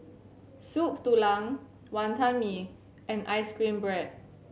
Soup Tulang Wantan Mee and ice cream bread